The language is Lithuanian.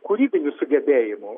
kūrybinių sugebėjimų